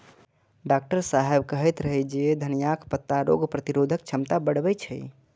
doctor साहेब कहैत रहै जे धनियाक पत्ता रोग प्रतिरोधक क्षमता बढ़बै छै